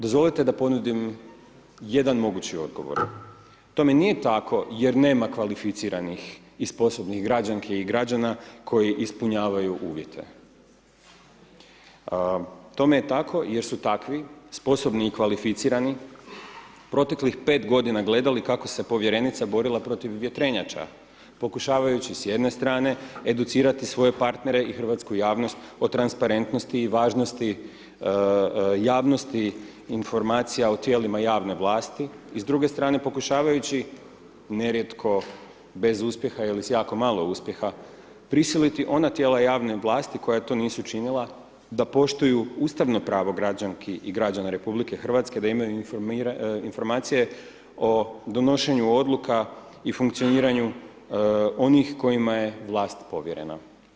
Dozvolite da ponudim jedan mogući odgovor, tome nije tako jer nema kvalificiranih iz posebnih građanki i građana koji ispunjavaju uvjete, tome je tako jer su takvi sposobni i kvalificirani proteklih 5 godina gledali kako se povjerenica borila protiv vjetrenjača pokušavajući s jedne strane educirati svoje partnere i hrvatsku javnost o transparentnosti i važnosti javnosti informacija o tijelima javne vlasti i s druge strane pokušavajući nerijetko bez uspjeha ili s jako malo uspjeha prisiliti ona tijela javne vlasti koja to nisu činila da poštuju ustavno pravo građanki i građana RH da imaju informacije o donošenju odluka i funkcioniranju onih kojima je vlast povjerena.